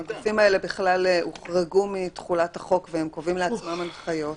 הגופים האלה הוחרגו מתחולת החוק והם קובעים לעצמם הנחיות.